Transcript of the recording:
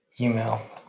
Email